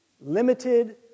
limited